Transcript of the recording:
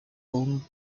own